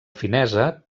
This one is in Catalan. finesa